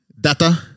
Data